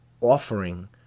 offering